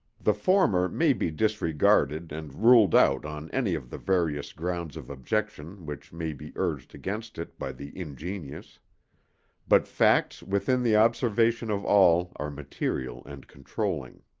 the former may be disregarded and ruled out on any of the various grounds of objection which may be urged against it by the ingenious but facts within the observation of all are material and controlling.